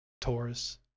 Taurus